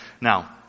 Now